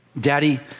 Daddy